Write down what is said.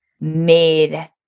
made